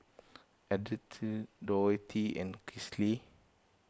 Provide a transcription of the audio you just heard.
Dorthea and Kinsley